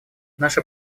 наша